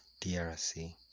DRC